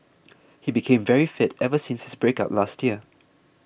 he became very fit ever since his breakup last year